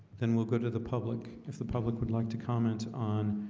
then we'll go to the public if the public would like to comment on